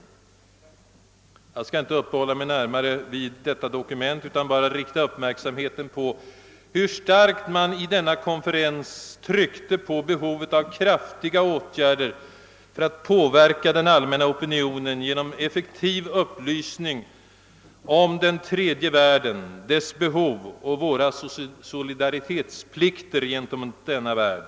Jag skall inte uppehålla mig närmare vid detta dokument, utan bara rikta uppmärksamheten på hur starkt man vid denna konferens tryckte på behovet av kraftiga åtgärder för att påverka den allmänna opinionen genom effektiv upplysning om den tredje världen, dess behov och våra solidaritetsplikter gentemot denna värld.